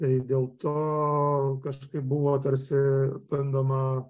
tai dėl to kažkaip buvo tarsi bandoma